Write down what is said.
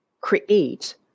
create